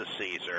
Caesar